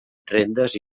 rendes